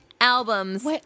albums